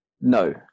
No